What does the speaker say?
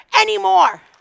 anymore